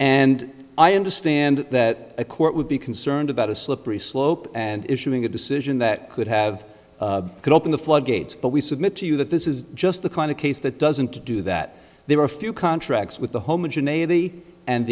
and i understand that a court would be concerned about a slippery slope and issuing a decision that could have could open the floodgates but we submit to you that this is just the kind of case that doesn't do that there were a few contracts with the